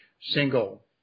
single